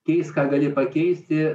keik ką gali pakeisti